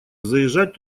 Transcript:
заезжать